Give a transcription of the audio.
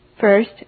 First